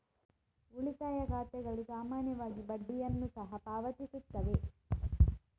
ಉಳಿತಾಯ ಖಾತೆಗಳು ಸಾಮಾನ್ಯವಾಗಿ ಬಡ್ಡಿಯನ್ನು ಸಹ ಪಾವತಿಸುತ್ತವೆ